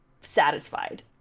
satisfied